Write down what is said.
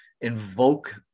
invoke